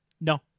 No